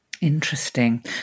Interesting